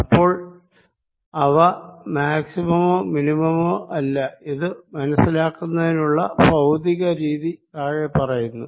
അപ്പോൾ അവ മാക്സിമമോ മിനിമമോ അല്ല ഇത് മനസ്സിലാക്കുന്നതിനുള്ള ഭൌതിക രീതി താഴെ പറയുന്നു